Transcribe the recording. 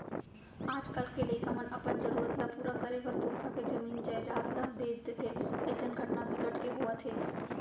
आजकाल के लइका मन अपन जरूरत ल पूरा करे बर पुरखा के जमीन जयजाद ल बेच देथे अइसन घटना बिकट के होवत हे